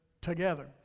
together